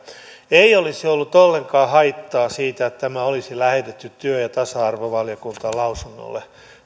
ei olisi ollut ollenkaan haittaa siitä että tämä olisi lähetetty työ ja tasa arvovaliokuntaan lausunnolle